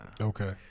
Okay